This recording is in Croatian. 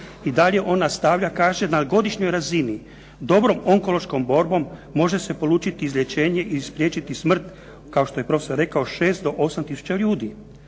I dalje on nastavlja, kaže, na godišnjoj razini dobrom onkološkom borbom može se polučiti izlječenje ili spriječiti smrt kao što je profesor rekao 6 do 8 tisuća ljudi.